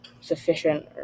sufficient